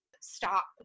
Stop